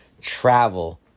travel